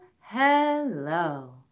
hello